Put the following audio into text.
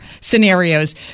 scenarios